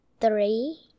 three